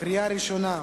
קריאה ראשונה.